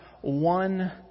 one